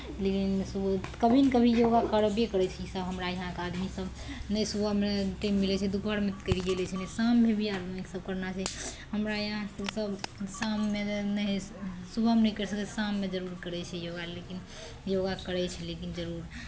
लेकिन सुबह कभी ने कभी योगा करबे करै छै इसभ हमरा हियाँके आदमीसभ नहि सुबहमे तऽ टेम मिलै छै दुपहरमे तऽ करिए लै छै शाममे भी आदमीसभ करना चाही हमरा हियाँ सभ शाममे सुबहमे नहि करि सकै छै शाममे जरूर करै छै योगा लेकिन योगा करै छै लेकिन जरूर